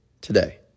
today